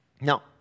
Now